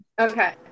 Okay